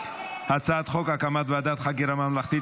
הצעת חוק הקמת ועדת חקירה ממלכתית